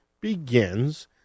begins